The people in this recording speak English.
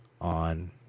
on